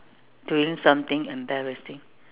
doing something embarrassing